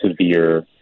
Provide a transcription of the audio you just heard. severe